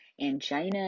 angina